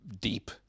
deep